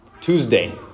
Tuesday